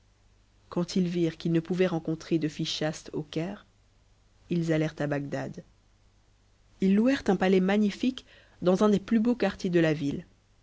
quand ils virent qu'ils ne pouvaient rencontrer de filles chastes au caire ils ahèrent à bagdad ils louèrent un palais magnifique dans un des plus beaux quartiers de la ville